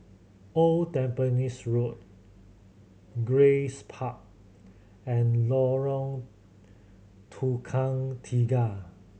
Old Tampines Road Grace Park and Lorong Tukang Tiga